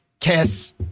Kiss